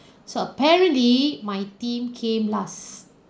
so apparently my team came last